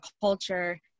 culture